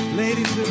ladies